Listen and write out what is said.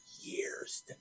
years